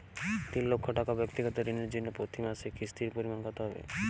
তিন লক্ষ টাকা ব্যাক্তিগত ঋণের জন্য প্রতি মাসে কিস্তির পরিমাণ কত হবে?